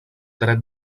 dret